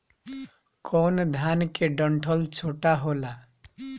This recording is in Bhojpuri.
कौन धान के डंठल छोटा होला?